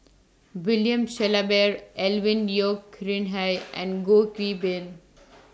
William Shellabear Alvin Yeo Khirn Hai and Goh Qiu Bin